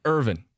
Irvin